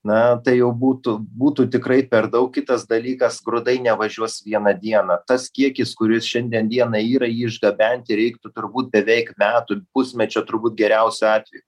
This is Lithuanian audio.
na tai jau būtų būtų tikrai per daug kitas dalykas grūdai nevažiuos vieną dieną tas kiekis kuris šiandien dienai yra jį išgabenti reiktų turbūt beveik metų pusmečio turbūt geriausiu atveju